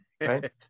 right